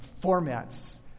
formats